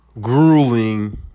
grueling